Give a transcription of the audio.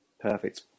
Perfect